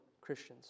Christians